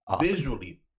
visually